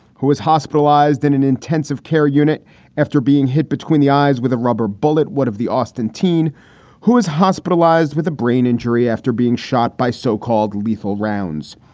who was hospitalized in an intensive care unit after being hit between the eyes with a rubber bullet? what if the austin teen who is hospitalized with a brain injury after being shot by so-called lethal rounds,